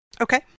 Okay